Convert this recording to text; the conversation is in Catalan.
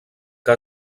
que